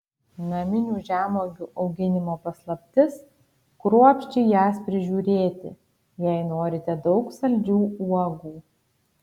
naminių žemuogių auginimo paslaptis kruopščiai jas prižiūrėti jei norite daug saldžių uogų